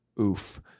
oof